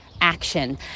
action